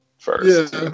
first